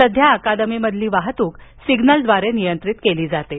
सध्या अकादमीमधील वाहतूक सिग्नलद्वारे नियंत्रित केली जाते